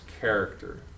character